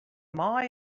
mei